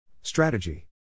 Strategy